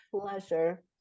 Pleasure